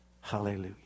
Hallelujah